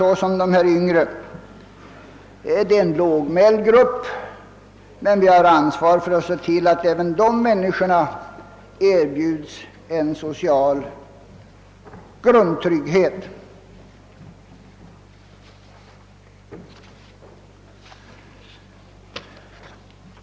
Gruppen är lågmäld, men vi har ansvar för att tillse att även de människor det här rör sig om erbjuds en social grundtrygghet.